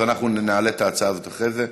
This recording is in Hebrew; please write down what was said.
אז אנחנו נעלה את ההצעה הזאת אחרי זה.